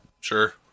Sure